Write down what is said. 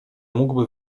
mógłby